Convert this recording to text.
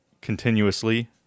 continuously